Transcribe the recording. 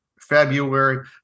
February